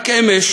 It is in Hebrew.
רק אמש